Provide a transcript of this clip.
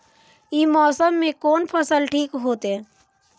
ई मौसम में कोन फसल ठीक होते?